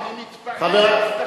הוא אמר: אני מתפאר על ההבטחה.